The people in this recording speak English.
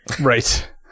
Right